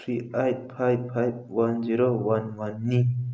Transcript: three eight five five one zero one ꯋꯥꯟꯅꯤ